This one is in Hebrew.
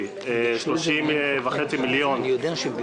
מה קורה אם לא נאשר את זה?